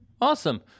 Awesome